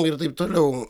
ir taip toliau